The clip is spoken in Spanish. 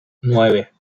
nueve